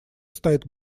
стоит